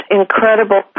incredible